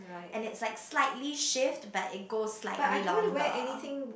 and is like slightly shift but it go slightly longer